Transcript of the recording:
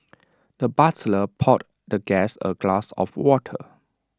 the butler poured the guest A glass of water